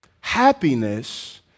happiness